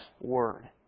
Word